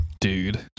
dude